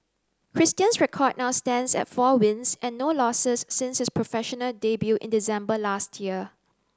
Christian's record now stands at four wins and no losses since his professional debut in December last year